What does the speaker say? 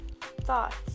thoughts